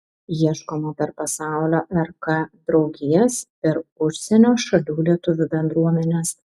ieškoma per pasaulio rk draugijas per užsienio šalių lietuvių bendruomenes